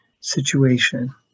situation